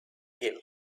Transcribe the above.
ill